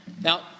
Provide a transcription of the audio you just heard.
Now